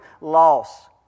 loss